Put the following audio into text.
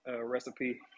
recipe